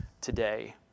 today